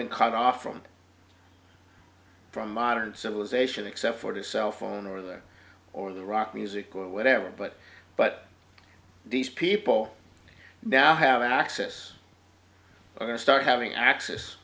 been cut off from from modern civilization except for the cell phone or there or the rock music or whatever but but these people now have access or start having access